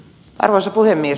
arvoisa puhemies